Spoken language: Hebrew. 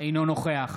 אינו נוכח